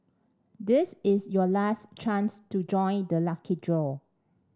this is your last chance to join the lucky draw